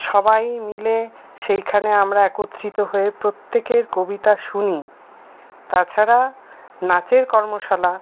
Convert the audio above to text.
সবাই মিলে সেইখানে আমরা একত্রিত হয়ে প্রত্যেকের কবিতা শুনি তাছাড়া নাচের কর্মশালা